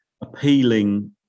appealing